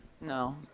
No